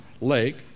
lake